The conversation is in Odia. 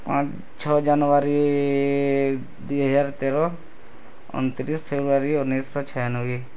ପାଞ୍ଚ ଛଅ ଜାନୁୟାରୀ ଦୁଇ ହଜାର ତେର ଅଣତିରିଶ ଫେବୃୟାରୀ ଉଣେଇଶିଶହ ଛୟାନବେ